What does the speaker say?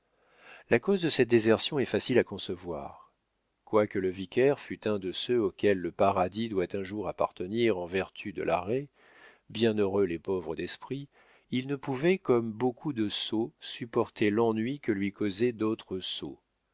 la cause de cette désertion est facile à concevoir quoique le vicaire fût un de ceux auxquels le paradis doit un jour appartenir en vertu de l'arrêt bienheureux les pauvres d'esprit il ne pouvait comme beaucoup de sots supporter l'ennui que lui causaient d'autres